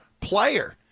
player